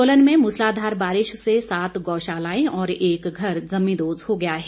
सोलन में मूसलाधार बारिश से सात गौशालाएं और एक घर जमींदोज हो गया है